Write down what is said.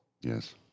Yes